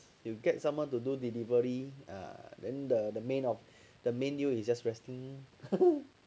you get someone to do delivery ah then ah the the main you you just resting